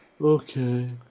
Okay